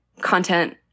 content